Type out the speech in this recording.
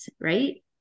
right